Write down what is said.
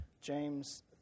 James